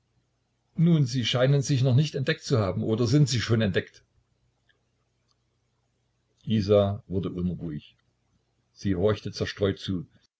nun sie scheinen sich noch nicht entdeckt zu haben oder sind sie schon entdeckt isa wurde unruhig sie horchte zerstreut zu